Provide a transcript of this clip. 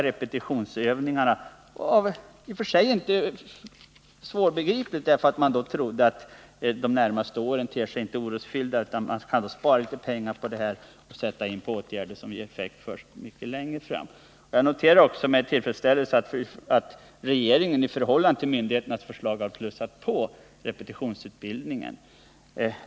Att man skar ned på repövningar är i och för sig inte svårbegripligt, eftersom man tyckte att de närmaste åren inte tedde sig orosfyllda. Man sparade på det sättet en del pengar som man kunde sätta in på åtgärder som ger effekt först längre fram. Jag noterar också med tillfredsställelse att regeringen i förhållande till myndigheternas förslag har plussat på repetitionsutbildningen.